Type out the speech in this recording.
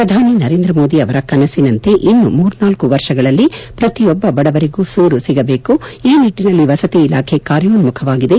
ಪ್ರಧಾನಿ ನರೇಂದ್ರ ಮೋದಿ ಅವರ ಕನಸಿನಂತೆ ಇನ್ನು ಮೂರ್ನಾಲ್ಲು ವರ್ಷಗಳಲ್ಲಿ ಪ್ರತಿಯೊಬ್ಲ ಬಡವರಿಗೂ ಸೂರು ಸಿಗಬೇಕು ಈ ನಿಟ್ಟನಲ್ಲಿ ವಸತಿ ಇಲಾಖೆ ಕಾರ್ಯೋನ್ಸುಖವಾಗಿದೆ